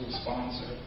sponsor